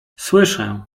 słyszę